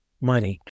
money